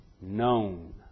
known